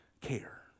care